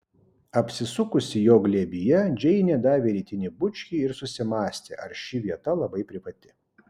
apsisukusi jo glėbyje džeinė davė rytinį bučkį ir susimąstė ar ši vieta labai privati